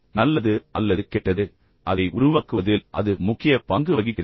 நல்லது அல்லது கெட்டது அதை உருவாக்குவதில் அது முக்கிய பங்கு வகிக்கிறது